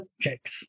checks